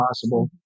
possible